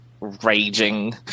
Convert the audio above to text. raging